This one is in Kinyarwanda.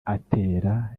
atera